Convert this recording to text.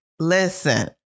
Listen